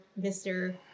Mr